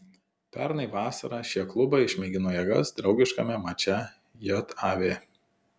pernai vasarą šie klubai išmėgino jėgas draugiškame mače jav